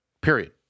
period